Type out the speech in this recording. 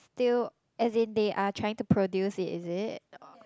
still as in they are trying to produce it is it